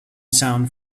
sound